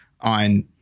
on